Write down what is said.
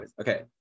Okay